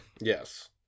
Yes